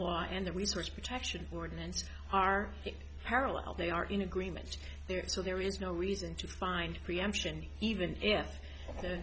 law and the research protection ordinance are parallel they are in agreement there so there is no reason to find preemption even if the